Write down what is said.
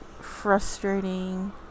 frustrating